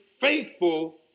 faithful